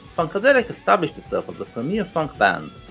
funkadelic established itself as the premier funk band,